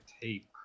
tape